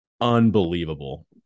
unbelievable